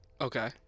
Okay